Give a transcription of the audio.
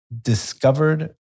discovered